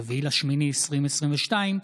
4 באוגוסט 2022,